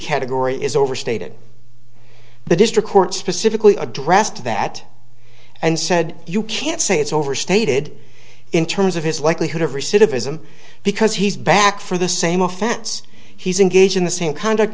category is overstated the district court specifically addressed that and said you can't say it's overstated in terms of his likelihood of recidivism because he's back for the same offense he's engaged in the same kind of